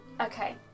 Okay